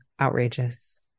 outrageous